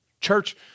Church